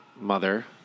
mother